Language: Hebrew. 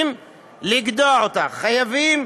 חייבים